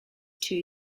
two